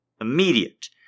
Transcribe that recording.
Immediate